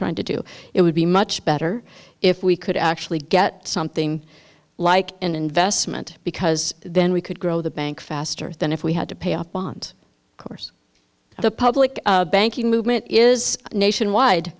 trying to do it would be much better if we could actually get something like an investment because then we could grow the bank faster than if we had to pay off beyond course the public banking movement is nationwide